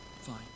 Fine